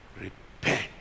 Repent